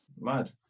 Mad